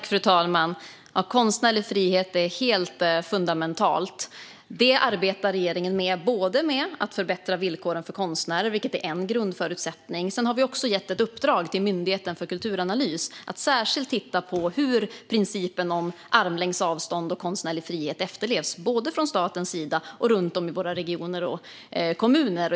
Fru talman! Konstnärlig frihet är fundamentalt. Det arbetar regeringen med. Vi arbetar med att förbättra villkoren för konstnärer, vilket är en grundförutsättning. Vi har också gett Myndigheten för kulturanalys i uppdrag att särskilt titta på hur principen om armlängds avstånd och konstnärlig frihet efterlevs, både från statens sida och runt om i våra regioner och kommuner.